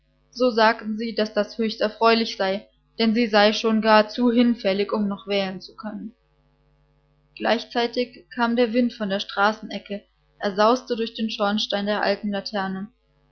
so sagten sie daß das höchst erfreulich sei denn sie sei schon gar zu hinfällig um noch wählen zu können gleichzeitig kam der wind von der straßenecke er sauste durch den schornstein der alten laterne